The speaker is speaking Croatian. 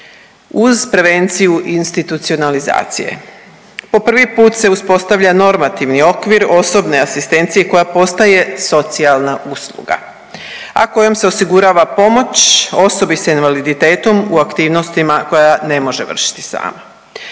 uz prevenciju institucionalizacije. Po prvi put se uspostavlja normativni okvir osobne asistencije koja postaje socijalna usluga, a kojom se osigurava pomoć osobi sa invaliditetom u aktivnostima koje ne može vršiti sama.